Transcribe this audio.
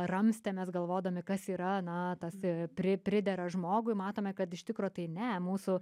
ramstėmės galvodami kas yra na tas pri pridera žmogui matome kad iš tikro tai ne mūsų